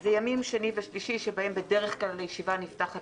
אלה ימים שני ושלישי שבהם בדרך כלל הישיבה נפתחת